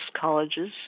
colleges